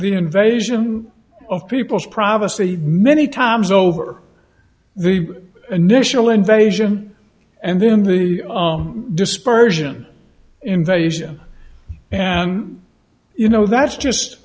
the invasion of people's privacy many times over the initial invasion and then the dispersion invasion and you know that's just